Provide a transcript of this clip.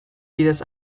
bidez